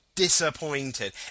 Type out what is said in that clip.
disappointed